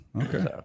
Okay